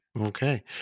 Okay